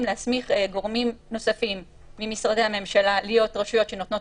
להסמיך גורמים נוספים ממשרדי הממשלה להיות רשויות שנותנות